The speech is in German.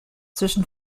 zwischen